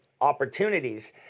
opportunities